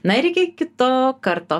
na ir iki kito karto